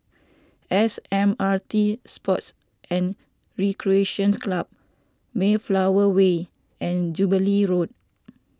S M R T Sports and Recreation Club Mayflower Way and Jubilee Road